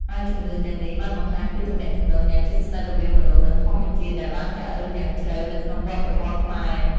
ហើយជំនឿទាំងនេះបានបង្ហាញពីទំនាក់ទំនងយ៉ាងជិតស្និទ្ធរវាងមនុស្ស និងធម្មជាតិ ដែលបានចាក់ឫសយ៉ាងជ្រៅនៅក្នុងវប្បធម៌ខ្មែរ។